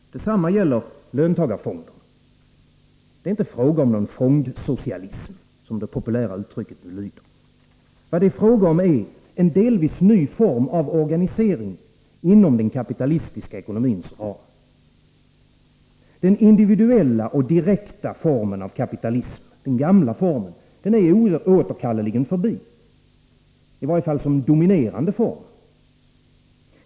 Detsamma gäller löntagarfonderna. Det är inte fråga om någon fondsocialism, som det populära uttrycket lyder. Det är fråga om en delvis ny form av organisering inom den kapitalistiska ekonomins ram. Den individuella och direkta formen av kapitalism — den gamla formen — är oåterkalleligen förbi i varje fall som dominerande form.